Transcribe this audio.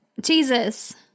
Jesus